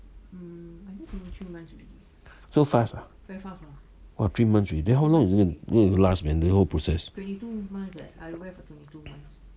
so fast ah !wah! three months already then how long goin~ going to last man the whole process